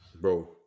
Bro